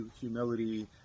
humility